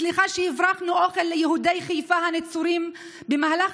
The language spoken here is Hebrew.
סליחה שהברחנו אוכל ליהודי חיפה הנצורים במהלך